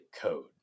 code